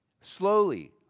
slowly